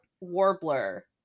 warbler